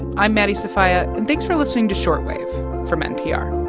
i'm maddie sofia. and thanks for listening to short wave from npr